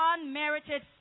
unmerited